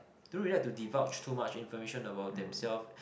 don't really like to divulge too much information about themselves